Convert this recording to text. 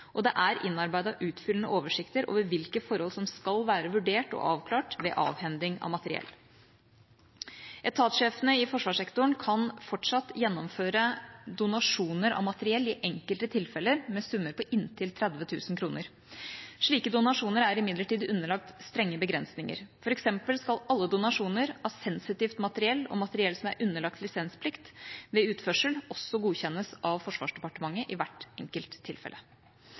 og eksport tydeliggjort, og det er innarbeidet utfyllende oversikter over hvilke forhold som skal være vurdert og avklart ved avhending av materiell. Etatssjefene i forsvarssektoren kan fortsatt gjennomføre donasjoner av materiell i enkelte tilfeller, med summer på inntil 30 000 kr. Slike donasjoner er imidlertid underlagt strenge begrensninger. For eksempel skal alle donasjoner av sensitivt materiell og materiell som er underlagt lisensplikt, ved utførsel også godkjennes av Forsvarsdepartementet i hvert enkelt tilfelle.